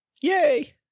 Yay